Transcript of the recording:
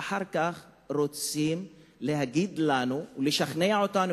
ואחר כך רוצים להגיד לנו ולשכנע אותנו